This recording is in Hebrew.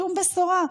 שום בשורה,